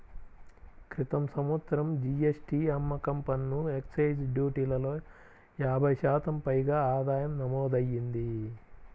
క్రితం సంవత్సరం జీ.ఎస్.టీ, అమ్మకం పన్ను, ఎక్సైజ్ డ్యూటీలలో యాభై శాతం పైగా ఆదాయం నమోదయ్యింది